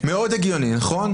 מאוד הגיוני, נכון?